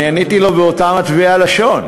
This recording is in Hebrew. אני עניתי לו באותה מטבע לשון.